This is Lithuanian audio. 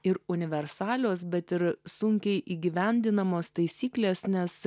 ir universalios bet ir sunkiai įgyvendinamos taisyklės nes